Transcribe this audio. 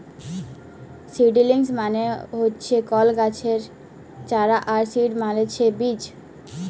seedlings মানে হচ্যে কল গাছের চারা আর সিড মালে ছে বীজ